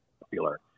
popular